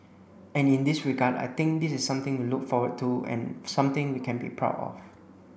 and in this regard I think this is something to look forward to and something we can be proud of